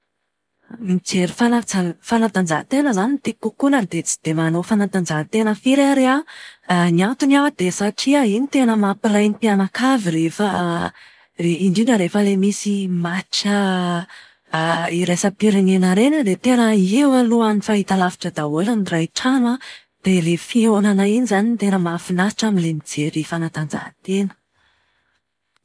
Mijery fanaja- fanatanjahan-tena izany no tiako kokoa na dia tsy dia manao fanatanjahan-tena firy ary aho. Ny antony dia satria iny tena mampiray ny mpianakavy rehefa re- indrindra rehefa misy match iraisam-pirenena ireny an, dia teo alohan'ny fahitalavitra daholo ny iray trano an. Dia ilay fihaonana iny izany no tena mahafinaritra amin'ilay mijery fanatanjahan-tena.